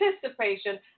participation